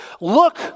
Look